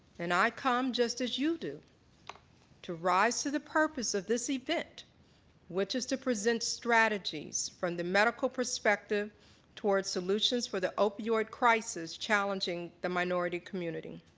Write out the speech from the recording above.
and i come just as you do to rise to the purpose of this event which is to prevent strategies from the medical perspective towards solutions for the opioid crisis challenging the minority community.